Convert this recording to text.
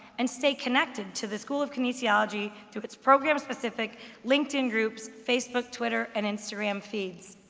and stay connected to the school of kinesiology, to its program-specific linkedin groups, facebook, twitter, and instagram feeds.